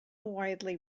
widely